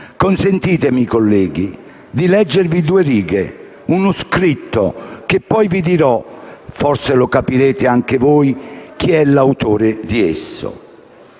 Consentitemi, colleghi, di leggervi due righe di uno scritto del quale poi vi dirò (forse lo capirete anche da voi) chi è l'autore: «Sto